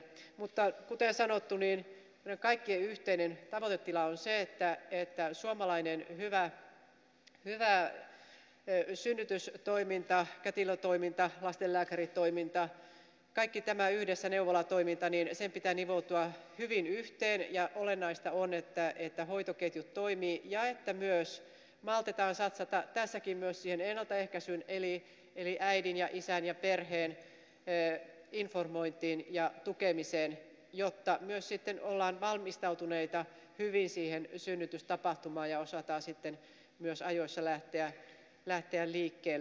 mutta kuten sanottu meidän kaikkien yhteinen tavoitetila on se että suomalaisen hyvän synnytystoiminnan kätilötoiminnan lastenlääkäritoiminnan neuvolatoiminnan kaiken tämän yhdessä pitää nivoutua hyvin yhteen ja olennaista on että hoitoketju toimii ja että maltetaan satsata tässäkin myöskin ennaltaehkäisyyn eli äidin isän ja perheen informointiin ja tukemiseen jotta myös ollaan valmistautuneita hyvin siihen synnytystapahtumaan ja osataan sitten myös ajoissa lähteä liikkeelle